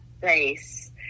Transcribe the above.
face